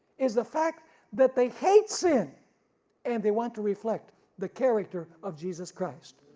is the fact that they hate sin and they want to reflect the character of jesus christ.